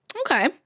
Okay